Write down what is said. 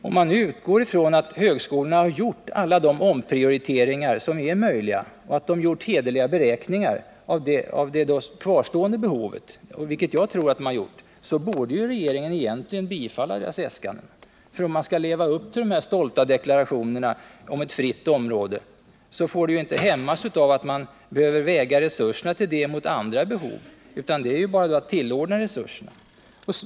Om man utgår från att högskolorna har gjort alla de omprioriteringar som är möjliga och att de gjort hederliga beräkningar av det då kvarstående behovet — vilket jag tror att de har gjort — borde ju regeringen egentligen bifalla deras äskanden. — För om man skall leva upp till de stolta deklarationerna om ett s.k. fritt område, så får det ju inte hämmas av att man behöver väga resurserna till detta mot andra behov, utan då är det ju bara att tillordna resurserna.